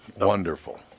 Wonderful